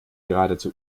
geradezu